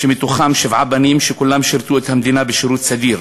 מתוכם שבעה בנים שכולם שירתו את המדינה בשירות סדיר